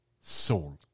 Salt